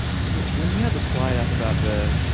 so when you had the slide up about the